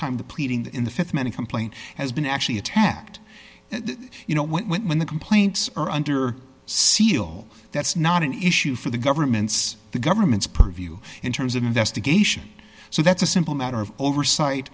time the pleading that in the th many complaint has been actually attacked you know when the complaints are under seal that's not an issue for the government's the government's purview in terms of investigation so that's a simple matter of oversight